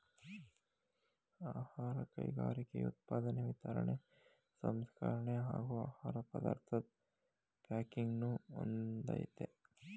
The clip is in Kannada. ಆಹಾರ ಕೈಗಾರಿಕೆಯು ಉತ್ಪಾದನೆ ವಿತರಣೆ ಸಂಸ್ಕರಣೆ ಹಾಗೂ ಆಹಾರ ಪದಾರ್ಥದ್ ಪ್ಯಾಕಿಂಗನ್ನು ಹೊಂದಯ್ತೆ